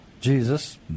Jesus